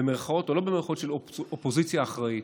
במירכאות או שלא במירכאות, אופוזיציה אחראית.